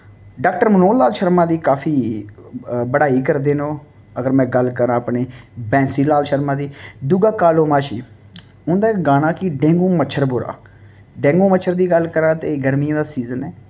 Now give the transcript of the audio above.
doctor Manohar Lala Sharma दी काफी बड़ाई करदे न ओह् अगर में गल्ल करां अपने बैंसी लाल शर्मा दी दूआ कालो महाशी उं'दा इक गाना कि डेंगू मच्छर बुरा डेंगू मच्छर दी गल्ल करां ते गर्मियें दा सीजन ऐ